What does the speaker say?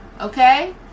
okay